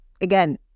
again